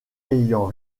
ayant